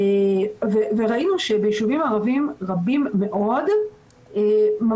ראינו שביישובים ערביים רבים מאוד יש ביקורי